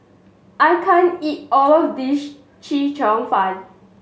I can't eat all of this Chee Cheong Fun